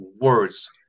words